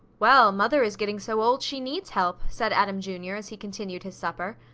well, mother is getting so old she needs help, said adam, jr, as he continued his supper.